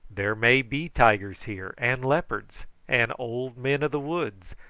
there may be tigers here, and leopards, and old men of the woods,